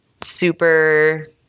super